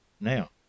now